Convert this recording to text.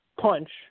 punch